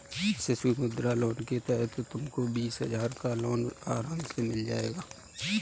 शिशु मुद्रा लोन के तहत तुमको बीस हजार का लोन आराम से मिल जाएगा